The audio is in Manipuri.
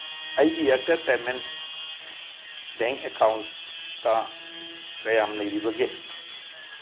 ꯑꯩꯒꯤ ꯏꯌꯥꯔꯇꯦꯜ ꯄꯦꯃꯦꯟꯁ ꯕꯦꯡ ꯑꯦꯀꯥꯎꯟꯇ ꯀꯌꯥꯝ ꯂꯩꯔꯤꯕꯒꯦ